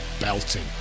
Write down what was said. belting